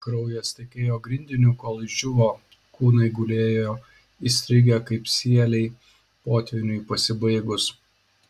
kraujas tekėjo grindiniu kol išdžiūvo kūnai gulėjo įstrigę kaip sieliai potvyniui pasibaigus